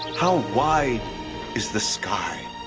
how wide is the sky?